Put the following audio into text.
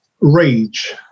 Rage